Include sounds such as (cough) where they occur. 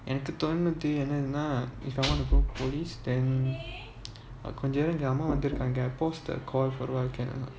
எனக்கு தோணாது என்னனா:enaku thonaathu ennanaa if I want to go police then கொஞ்சம் இருங்க அம்மா வந்துருக்காங்க:konjam irunga ammaa vanthurukaanga I post the call (laughs)